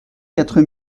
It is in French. quatre